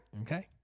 Okay